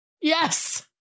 Yes